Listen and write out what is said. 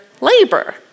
labor